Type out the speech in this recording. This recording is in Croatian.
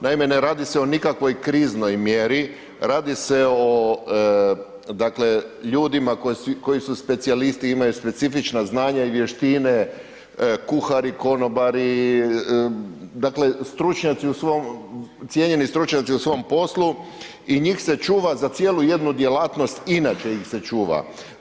Naime, ne radi se o nikakvoj kriznoj mjeri, radi se o dakle ljudima koji su specijalisti, imaju specifična znanja i vještine, kuhari, konobari, dakle stručnjaci u svom, cijenjeni stručnjaci u svom poslu i njih se čuva za cijelu jednu djelatnost, inače ih se čuva.